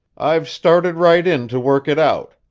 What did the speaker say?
i've started right in to work it out.